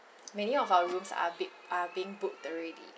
many of our rooms are be are being booked already